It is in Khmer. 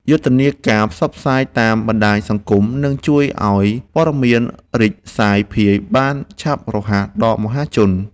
យុទ្ធនាការផ្សព្វផ្សាយតាមបណ្ដាញសង្គមនឹងជួយឱ្យព័ត៌មានរីកសាយភាយបានឆាប់រហ័សដល់មហាជន។